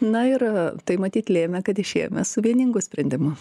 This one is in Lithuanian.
na ir tai matyt lėmė kad išėjome su vieningu sprendimu